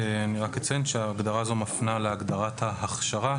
אני רק אציין שההגדרה הזו מפנה להגדרת ההכשרה,